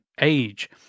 age